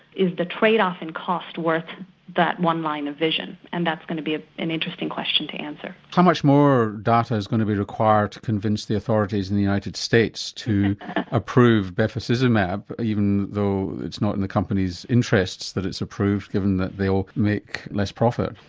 is the trade-off in cost worth that one line of vision? and that's going to be ah an interesting question to answer. how much more data is going to be required to convince the authorities in the united states to approve bevacizumab even though it's not in the company's interests that it's approved, given that they all make less profit?